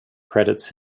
credits